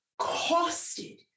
costed